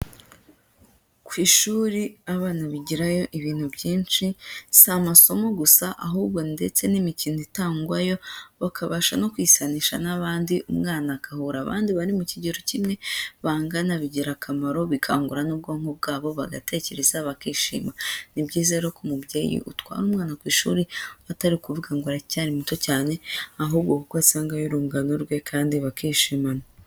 Ku ishuri abana bigirayo ibintu byinshi, si amasomo gusa ahubwo ndetse n'imikino itangwayo, bakabasha no kwisanisha n'abandi, umwana agahura abandi bari mu kigero kimwe bangana, bigira akamaro bikangura n'ubwonko bwabo bagatekereza bakishima, ni byiza rero ko mubyeyi utwara umwana ku ishuri atari kuvuga ngo aracyari muto cyane ahubwo kuko asangayo aurungano rwe kandi bakishimana.